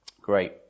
Great